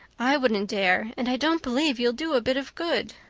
i wouldn't dare. and i don't believe you'll do a bit of good.